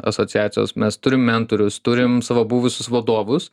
asociacijos mes turim mentorius turim savo buvusius vadovus